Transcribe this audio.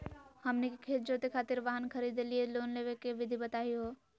हमनी के खेत जोते खातीर वाहन खरीदे लिये लोन लेवे के विधि बताही हो?